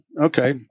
okay